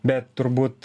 bet turbūt